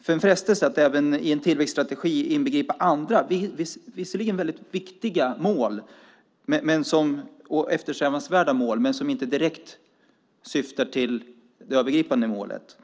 för frestelsen att i en tillväxtstrategi även inbegripa andra mål. Det kan visserligen röra sig om mål som är viktiga och eftersträvansvärda - till exempel mål om välfärd - men som inte direkt syftar till det övergripande målet.